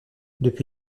depuis